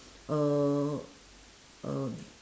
uh uh